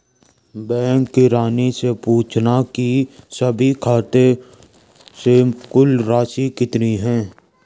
bank किरानी से पूछना की सभी खाते से कुल राशि कितनी है